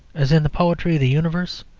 as in the poetry of the universe,